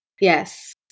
Yes